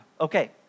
Okay